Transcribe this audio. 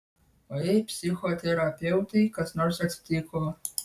o jei psichoterapeutei kas nors atsitiko